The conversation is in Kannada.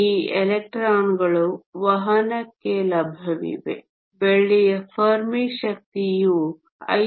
ಈ ಎಲೆಕ್ಟ್ರಾನ್ಗಳು ವಹನಕ್ಕೆ ಲಭ್ಯವಿವೆ ಬೆಳ್ಳಿಯ ಫೆರ್ಮಿ ಶಕ್ತಿಯು 5